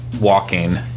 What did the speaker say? walking